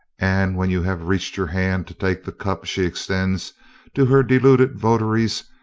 and when you have reached your hand to take the cup she extends to her deluded votaries,